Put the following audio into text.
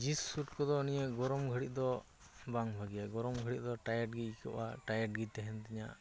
jeans suit ᱠᱚᱫᱚ ᱱᱤᱭᱟᱹ ᱜᱚᱨᱚᱢ ᱜᱷᱟᱹᱲᱤᱡᱫᱚ ᱵᱟᱝ ᱵᱷᱟᱹᱜᱤᱭᱟ ᱜᱚᱨᱚᱢ ᱜᱷᱟᱹᱲᱤᱡᱫᱚ ᱴᱟᱭᱤᱴᱜᱮ ᱟᱹᱭᱠᱟᱹᱜᱼᱟ ᱴᱟᱭᱤᱴᱜᱮ ᱛᱮᱦᱮᱱ ᱛᱤᱧᱟᱹ